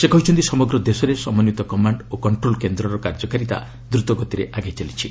ସେ କହିଛନ୍ତି ସମଗ୍ର ଦେଶରେ ସମନ୍ୱିତ କମାଣ୍ଡ ଓ କଣ୍ଟ୍ରୋଲ କେନ୍ଦ୍ରର କାର୍ଯ୍ୟକାରିତା ଦ୍ରୁତ ଗତିରେ ଆଗେଇ ଚାଲିଛି